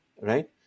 Right